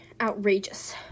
Outrageous